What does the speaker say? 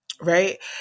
Right